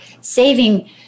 saving